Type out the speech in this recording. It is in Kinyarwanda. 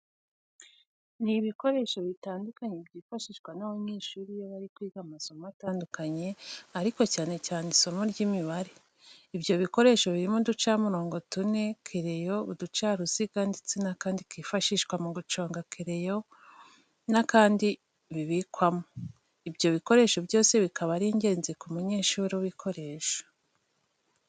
Ni ibikoresho bitandukanye byifashishwa n'abanyeshuri iyo bari kwiga amasomo atandukanye ariko cyane cyane isimo ry'Imibare. Ibyo bikoresho birimo uducamirongo tune, kereyo, ugacaruziga ndetse n'akandi kifashishwa mu guconga kereyo n'akandi bibikwamo. Ibyo bikoresho byose bikaba ari ingenzi ku munyeshuri ubikoresha.